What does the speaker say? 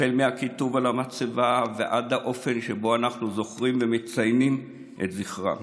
החל מהכיתוב על המצבה ועד האופן שבו אנחנו זוכרים ומציינים את זכרם.